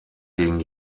gegen